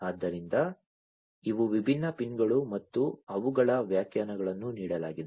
ಆದ್ದರಿಂದ ಇವು ವಿಭಿನ್ನ ಪಿನ್ಗಳು ಮತ್ತು ಅವುಗಳ ವ್ಯಾಖ್ಯಾನಗಳನ್ನು ನೀಡಲಾಗಿದೆ